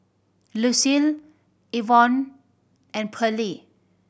Lucile Evon and Pearley